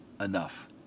enough